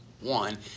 One